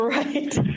right